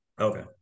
Okay